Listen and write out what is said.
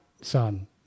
son